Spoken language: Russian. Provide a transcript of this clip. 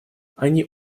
они